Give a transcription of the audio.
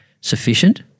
sufficient